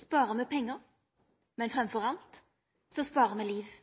sparar me pengar, men framfor alt sparar me liv.